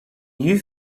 you